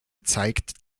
zeigt